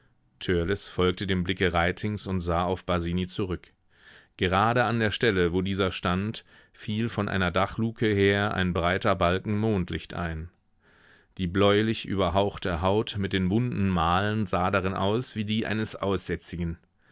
folgte dem blicke reitings und sah auf basini zurück gerade an der stelle wo dieser stand fiel von einer dachlucke her ein breiter balken mondlicht ein die bläulich überhauchte haut mit den wunden malen sah darin aus wie die eines aussätzigen